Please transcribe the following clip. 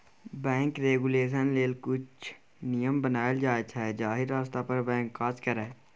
bank regulation लेल किछ नियम बनाएल जाइ छै जाहि रस्ता पर बैंक काज करय